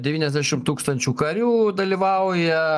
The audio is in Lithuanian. devyniasdešim tūkstančių karių dalyvauja